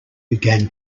began